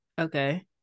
Okay